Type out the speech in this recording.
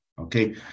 okay